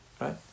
right